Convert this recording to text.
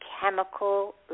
chemical